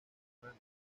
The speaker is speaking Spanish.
semana